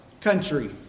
country